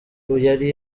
yari